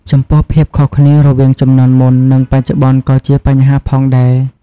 ចំពោះ ភាពខុសគ្នារវាងជំនាន់មុន និងបច្ចុប្បន្នក៏អាចជាបញ្ហាផងដែរ។